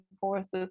forces